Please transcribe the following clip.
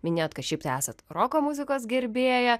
minėjot kad šiaip tai esat roko muzikos gerbėja